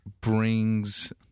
brings